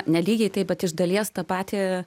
ne lygiai taip bet iš dalies tą patį